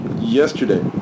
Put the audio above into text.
yesterday